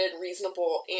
reasonable